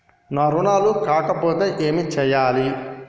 నా రుణాలు కాకపోతే ఏమి చేయాలి?